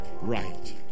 right